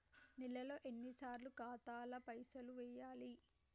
నెలలో ఎన్నిసార్లు ఖాతాల పైసలు వెయ్యాలి?